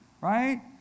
right